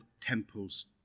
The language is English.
temples